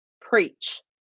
Preach